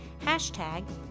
Hashtag